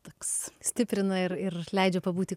toks stiprina ir ir leidžia pabūti